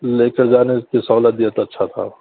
لے کر جانے کی سہولت دیئے تو اچھا تھا